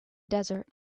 desert